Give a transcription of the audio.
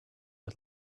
had